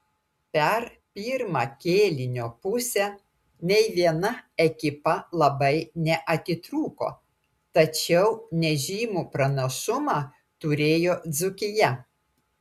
per pirmą kėlinio pusę nei viena ekipa labai neatitrūko tačiau nežymų pranašumą turėjo dzūkija